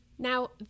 Now